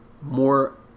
more